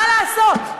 מה לעשות,